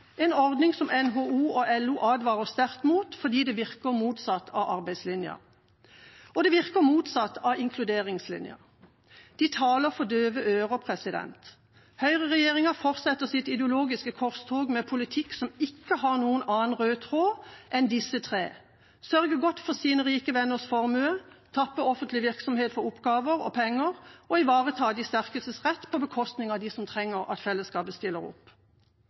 en ordning som NHO og LO advarer sterkt imot, fordi det virker motsatt av arbeidslinja og motsatt av inkluderingslinja. De taler for døve ører. Høyreregjeringa fortsetter sitt ideologiske korstog med en politikk som ikke har noen annen rød tråd enn disse tre: å sørge godt for sine rike venners formue, tappe offentlig virksomhet for oppgaver og penger og ivareta de sterkestes rett på bekostning av dem som trenger at fellesskapet stiller opp.